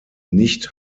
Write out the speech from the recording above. nicht